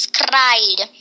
cried